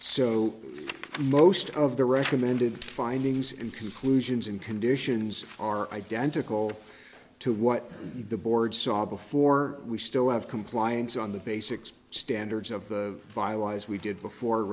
so most of the recommended findings and conclusions and conditions are identical to what the board saw before we still have compliance on the basics standards of the bylaws we did before